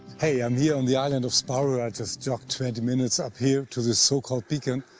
hey i'm here on the island of sparo. i just jogged twenty minutes up here to the so called beacon.